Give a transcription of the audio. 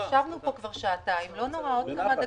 ישבנו פה כבר שעתיים, לא נורא עוד כמה דקות.